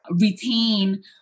retain